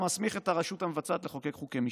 המסמיך את הרשות המבצעת לחוקק חוקי משנה.